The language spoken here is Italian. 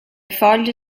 foglie